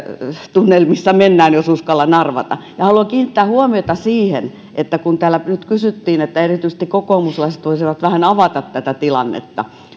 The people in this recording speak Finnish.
tunnelmissa mennään jos uskallan arvata haluan kiinnittää huomiota siihen että kun täällä nyt sanottiin että erityisesti kokoomuslaiset voisivat vähän avata tätä tilannetta että